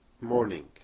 morning